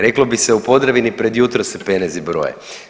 Reklo bi se u Podravini, pred jutro se penezi broje.